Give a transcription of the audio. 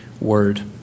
word